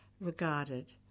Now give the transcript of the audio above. regarded